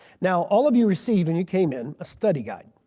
now all of you received when you came in a study guide.